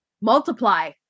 multiply